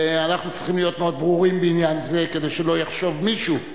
ואנחנו צריכים להיות מאוד ברורים בעניין זה כדי שלא יחשוב מישהו,